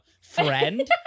friend